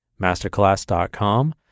masterclass.com